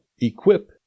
equip